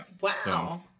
Wow